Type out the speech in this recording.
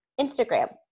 Instagram